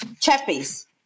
chappies